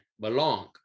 belong